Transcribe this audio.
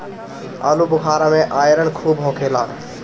आलूबुखारा में आयरन खूब होखेला